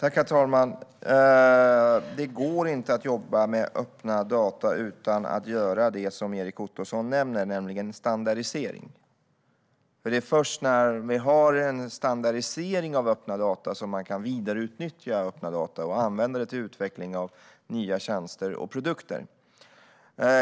Herr talman! Det går inte att jobba med öppna data utan det som Erik Ottoson nämner, nämligen standardisering. Det är först när vi har en standardisering av öppna data som man kan vidareutnyttja dessa öppna data i utvecklingen av nya tjänster och produkter.